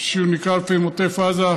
שנקרא לפעמים עוטף עזה,